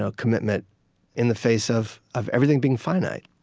ah commitment in the face of of everything being finite?